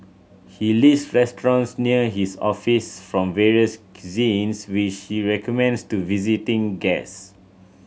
he list restaurants near his office from various cuisines which he recommends to visiting guest